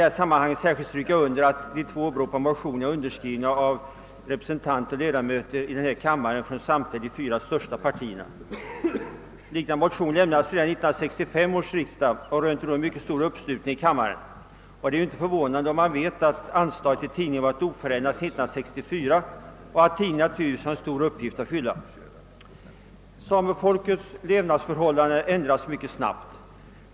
— Jag vill stryka under att motionerna är underskrivna av ledamöter från samtliga de fyra största partierna. Motioner av liknande innebörd väcktes redan vid 1965 års riksdag och rönte då mycket stor uppslutning här i kammaren. Detta är inte förvånande då man vet att anslaget till tidningen varit oförändrat sedan 1964 och att tidningen har en stor uppgift att fylla. Samefolkets levnadsförhållanden ändras mycket snabbt.